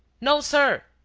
no, sir.